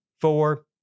four